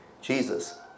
Jesus